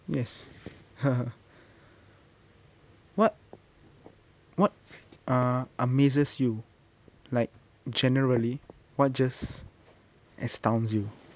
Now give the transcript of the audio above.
yes what what uh amazes you like generally what just astounds you